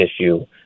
issue